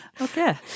Okay